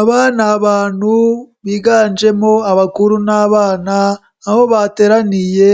Aba ni abantu biganjemo abakuru n'abana, aho bateraniye